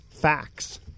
facts